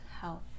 Health